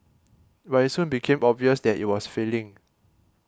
but it soon became obvious that it was failing